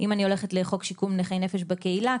אם אני הולכת לחוק שיקום נכי נפש בקהילה,